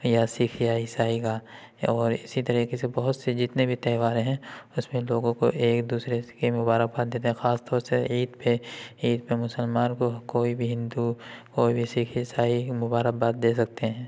یا سکھ یا عیسائی کا یا اور اسی طریقے سے بہت سے جتنے بھی تہواریں ہیں اس میں لوگوں کو ایک دوسرے اس کی مبارک باد دیتے ہیں خاص طور سے عید پہ عید پہ مسلمان کو کوئی بھی ہندو کوئی بھی سکھ عیسائی مبارک باد دے سکتے ہیں